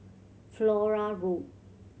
Flora Road